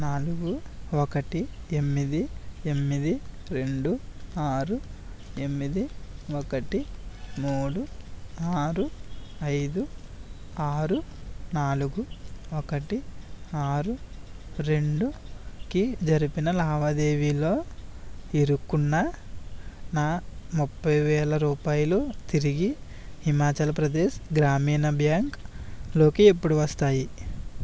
నాలుగు ఒకటి ఎనిమిది ఎనిమిది రెండు ఆరు ఎనిమిది ఒకటి మూడు ఆరు ఐదు ఆరు నాలుగు ఒకటి ఆరు రెండుకి జరిపిన లావాదేవీలో ఇరుక్కున్న నా ముప్పై వేల రూపాయలు తిరిగి హిమాచల్ ప్రదేశ్ గ్రామీణ బ్యాంక్ లోకి ఎప్పుడు వస్తాయి